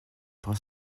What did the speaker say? trois